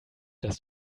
das